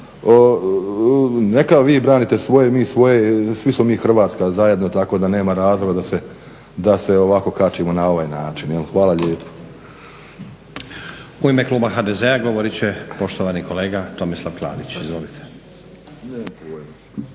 neka vi branite svoje, mi svoje. Svi smo mi Hrvatska zajedno tako da nema razloga da se ovako kačimo na ovaj način. Hvala lijepa. **Stazić, Nenad (SDP)** U ime kluba HDZ-a govorit će poštovani kolega Tomislav Klarić. Izvolite.